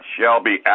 Shelby